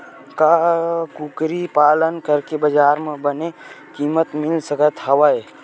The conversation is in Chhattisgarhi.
का कुकरी पालन करके बजार म बने किमत मिल सकत हवय?